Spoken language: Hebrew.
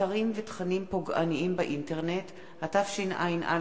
(אתרים ותכנים פוגעניים באינטרנט), התשע"א